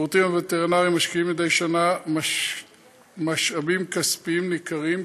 השירותים הווטרינריים משקיעים מדי שנה משאבים כספיים ניכרים,